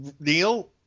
Neil